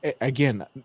again